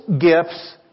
gifts